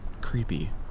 creepy